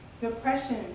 depression